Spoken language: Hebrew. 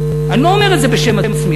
אני לא אומר את זה בשם עצמי.